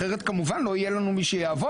אחרת כמובן לא יהיה לנו מי שיעבוד,